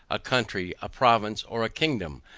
a country, a province, or a kingdom,